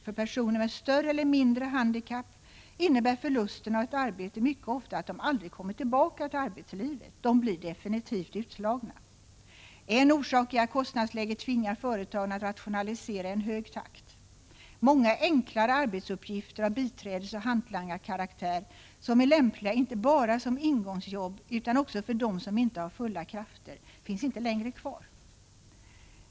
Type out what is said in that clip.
För personer med större eller mindre handikapp innebär förlusten av ett arbete mycket ofta att de aldrig kommer tillbaka till arbetslivet. De blir definitivt utslagna. En orsak är att kostnadsläget tvingar företagen att rationalisera i en hög takt. Många enklare arbetsuppgifter av biträdesoch hantlangarkaraktär, som är lämpliga inte bara som ingångsjobb utan också för dem som inte har fulla krafter, finns inte längre kvar.